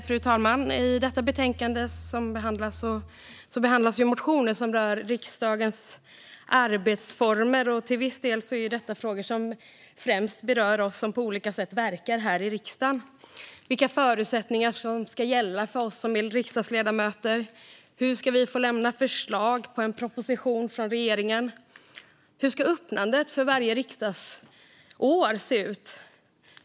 Fru talman! I detta betänkande behandlas motioner som rör riksdagens arbetsformer, och till viss del är detta frågor som främst berör oss som på olika sätt verkar här i riksdagen. Det handlar om vilka förutsättningar som ska gälla för oss som är riksdagsledamöter, hur vi ska få lämna förslag rörande en proposition från regeringen och hur öppnandet av varje riksdagsår ska se ut.